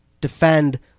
defend